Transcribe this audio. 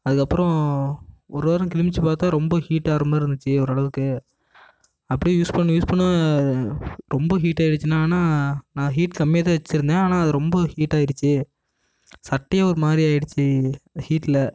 அதுக்கப்புறம் ஒரு வாரம் கழிமிச்சி பார்த்தா ரொம்ப ஹீட் ஆகிற மாதிரி இருந்துச்சு ஓரளவுக்கு அப்படியே யூஸ் பண்ண யூஸ் பண்ண ரொம்ப ஹீட் ஆகிடிச்சிண்ணா ஆனால் நான் ஹீட் கம்மியாக தான் வச்சுருந்தேன் ஆனால் அது ரொம்ப ஹீட்டாகிடுச்சி சட்டையே ஒரு மாதிரி ஆகிடுச்சி ஹீட்டில்